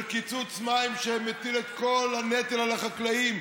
של קיצוץ במים שמטיל את כל הנטל על החקלאים,